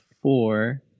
four